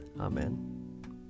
Amen